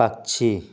पक्षी